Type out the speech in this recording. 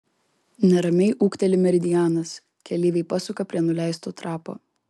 neramiai ūkteli meridianas keleiviai pasuka prie nuleisto trapo